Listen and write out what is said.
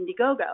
Indiegogo